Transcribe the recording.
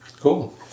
Cool